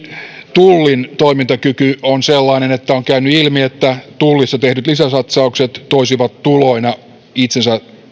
tullin toimintakyky on sellainen että on käynyt ilmi että tullissa tehdyt lisäsatsaukset toisivat tuloina itsensä